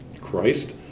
Christ